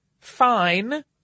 fine